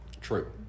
True